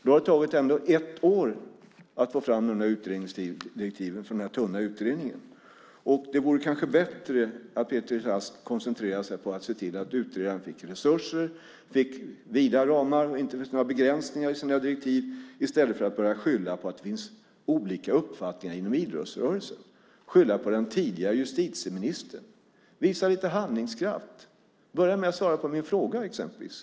Då har det ändå tagit ett år att få fram utredningsdirektiven för denna tunna utredning. Det vore kanske bättre om Beatrice Ask koncentrerade sig på att se till att utredaren får resurser och vida ramar och inte några begränsningar i sina direktiv i stället för att börja skylla på att det finns olika uppfattningar inom idrottsrörelsen och skylla på den tidigare justitieministern. Visa lite handlingskraft och börja med att svara på min fråga exempelvis!